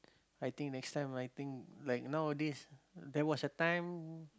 I think next time I think like nowadays there was a time